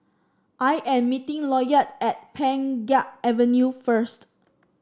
I am meeting Lloyd at Pheng Geck Avenue first